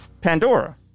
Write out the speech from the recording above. Pandora